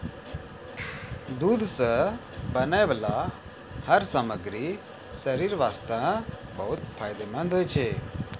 दूध सॅ बनै वाला हर सामग्री शरीर वास्तॅ बहुत फायदेमंंद होय छै